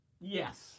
Yes